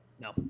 No